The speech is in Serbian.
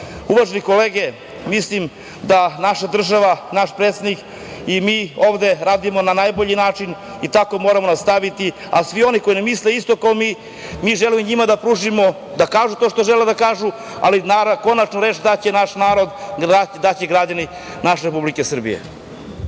kolege, mislim da naša država, naš predsednik i mi ovde radimo na najbolji način i tako moramo nastaviti. Svi oni koji ne misle isto kao mi, mi želimo njima da pružimo, da kažu to što žele da kažu, ali konačnu reč daće naš narod, daće građani naše Republike Srbije.